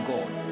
God